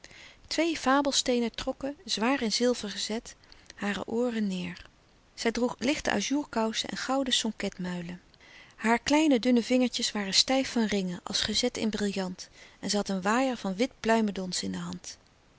twee fabelsteenen trokken zwaar in zilver gezet hare ooren neêr zij droeg lichte à jour kousen en gouden sonket muilen are kleine dunne vingertjes waren stijf van ringen als gezet in brillant en zij had een waaier van wit pluimendons in de hand